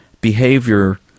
behavior